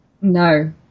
no